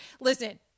Listen